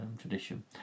tradition